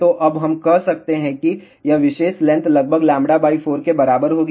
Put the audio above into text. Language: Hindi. तो अब हम कह सकते हैं कि यह विशेष लेंथ लगभग λ 4 के बराबर होगी